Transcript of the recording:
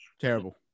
Terrible